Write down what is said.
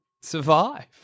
survive